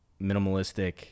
minimalistic